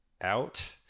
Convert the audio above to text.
out